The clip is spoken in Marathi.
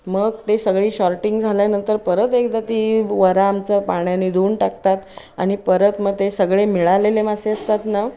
मग ते सगळी शॉर्टिंग झाल्यानंतर परत एकदा ती वरा आमचं पाण्याने धुऊन टाकतात आणि परत मग ते सगळे मिळालेले मासे असतात ना